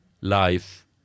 life